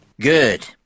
Good